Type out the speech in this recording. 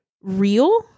real